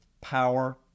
power